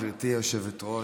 גברתי היושבת-ראש,